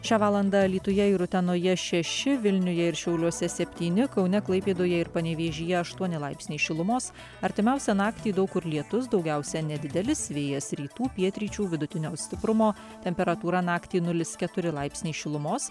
šią valandą alytuje ir utenoje šeši vilniuje ir šiauliuose septyni kaune klaipėdoje ir panevėžyje aštuoni laipsniai šilumos artimiausią naktį daug kur lietus daugiausiai nedidelis vėjas rytų pietryčių vidutinio stiprumo temperatūra naktį nulis keturi laipsniai šilumos